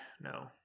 no